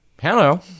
Hello